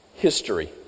history